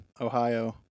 Ohio